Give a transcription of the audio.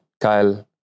Kyle